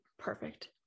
Perfect